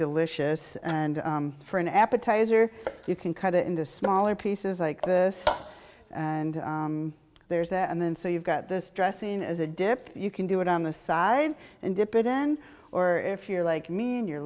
delicious and for an appetizer you can cut it into smaller pieces like this and there's that and then so you've got this dressing as a dip you can do it on the side and dip it in or if you're like me and you're